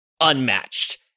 unmatched